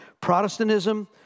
Protestantism